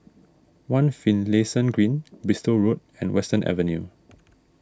one Finlayson Green Bristol Road and Western Avenue